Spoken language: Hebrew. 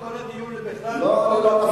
שמע את